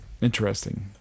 interesting